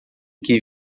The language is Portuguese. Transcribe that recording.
que